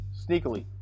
Sneakily